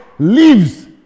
leaves